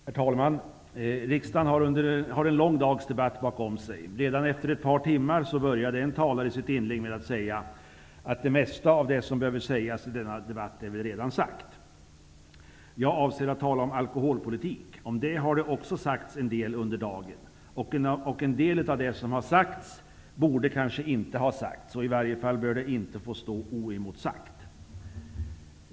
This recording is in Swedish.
Herr talman! Riksdagen har en lång dags debatt bakom sig. Redan efter ett par timmar började en talare sitt inlägg med att säga att ''det mesta av det som behöver sägas i denna debatt är väl redan sagt''. Jag avser att tala om alkoholpolitik. Om det har det också sagts en del under dagen. En del av det som har sagts borde kanske inte ha sagts. I varje fall bör det inte få stå oemotsagt.